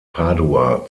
padua